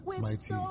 mighty